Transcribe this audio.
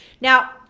Now